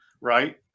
right